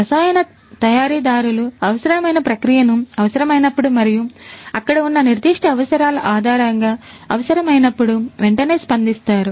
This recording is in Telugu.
రసాయన తయారీదారులు అవసరమైన ప్రక్రియకు అవసరమైనప్పుడు మరియు అక్కడ ఉన్న నిర్దిష్ట అవసరాల ఆధారంగా అవసరమైనప్పుడు వెంటనే స్పందిస్తారు